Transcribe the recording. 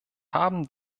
haben